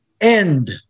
end